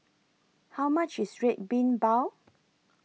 How much IS Red Bean Bao